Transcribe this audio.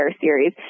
Series